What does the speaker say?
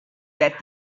that